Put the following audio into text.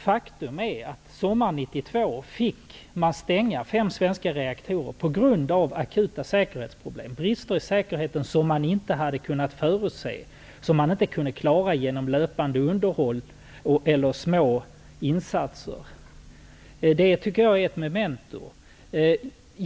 Faktum är att sommaren 1992 fick fem svenska reaktorer stängas på grund av akuta säkerhetsproblem, brister i säkerheten som man inte hade kunnat förutse, som man inte kunde klara genom löpande underhåll eller små insatser. Det tycker jag är ett memento.